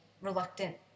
reluctant